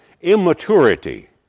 immaturity